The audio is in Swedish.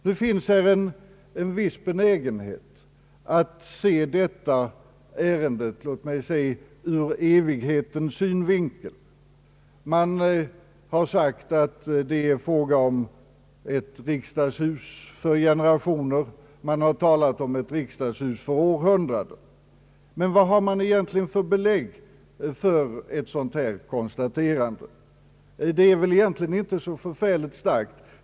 Det finns här en viss benägenhet att se detta ärende låt mig säga ur evighetens synvinkel. Man har sagt att det är fråga om ett riksdagshus för generationer, och det har talats om ett riksdagshus för århundraden. Men det finns väl egentligen inte så starka skäl för ett sådant antagande.